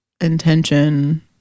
intention